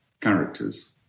characters